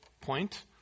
point